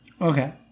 Okay